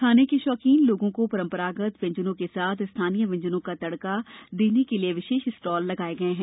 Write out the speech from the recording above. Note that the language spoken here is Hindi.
खाने के शौकीन लोगों को परंपरागत व्यंजनों के साथ स्थानीय व्यंजनों का तड़का देने के लिए विशेष स्टॉल लगाए गए हैं